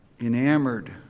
enamored